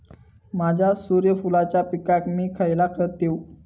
माझ्या सूर्यफुलाच्या पिकाक मी खयला खत देवू?